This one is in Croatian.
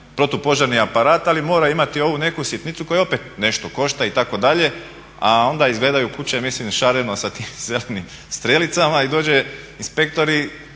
protupožarni aparat ali mora imati ovu neku sitnicu koja opet nešto košta itd. A onda izgledaju kuće mislim šareno sa tim zelenim strelicama i dođe inspektor